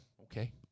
okay